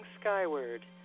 skyward